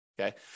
Okay